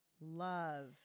Love